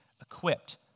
equipped